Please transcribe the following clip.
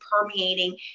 permeating